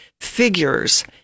figures